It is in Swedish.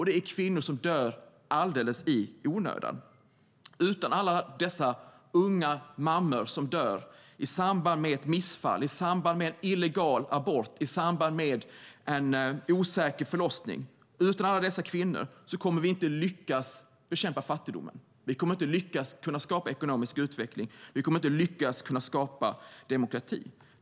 Det är kvinnor som dör alldeles i onödan, och utan alla dessa unga kvinnor som dör i samband med ett missfall, i samband med en illegal abort, i samband med en osäker förlossning kommer vi inte att lyckas bekämpa fattigdomen. Vi kommer inte att lyckas skapa ekonomisk utveckling. Vi kommer inte att lyckas skapa demokrati.